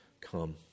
come